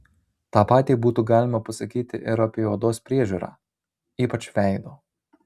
tą patį būtų galima pasakyti ir apie odos priežiūrą ypač veido